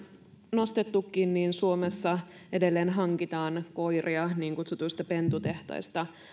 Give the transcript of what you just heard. nostettukin suomessa edelleen hankitaan koiria niin kutsutuista pentutehtaista